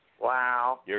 Wow